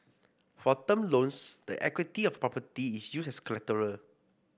for term loans the equity of a property is used as collateral